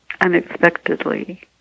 unexpectedly